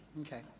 Okay